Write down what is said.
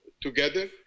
together